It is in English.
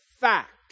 fact